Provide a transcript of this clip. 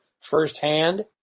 firsthand